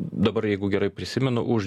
dabar jeigu gerai prisimenu už